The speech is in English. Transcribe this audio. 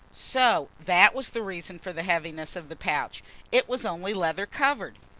so that was the reason for the heaviness of the pouch it was only leather-covered!